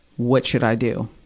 what should i do?